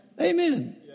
Amen